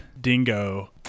Dingo